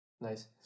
Nice